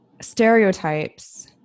stereotypes